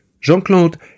Jean-Claude